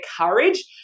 courage